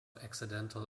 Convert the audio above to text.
accidental